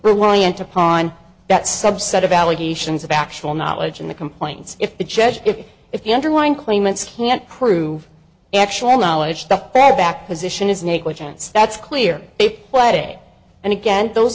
reliant upon that subset of allegations of actual knowledge in the complaint if the judge if if the underlying claimants can't prove actual knowledge that their back position is negligence that's clear it right away and again those